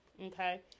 Okay